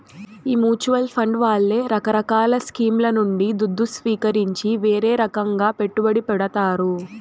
ఈ mutual fund వాళ్లే రకరకాల స్కీంల నుండి దుద్దు సీకరించి వీరే రకంగా పెట్టుబడి పెడతారు